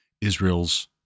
Israel's